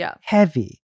heavy